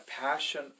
passion